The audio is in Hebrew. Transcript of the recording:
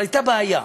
אבל הייתה בעיה